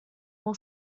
all